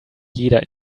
jeder